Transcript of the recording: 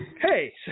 Hey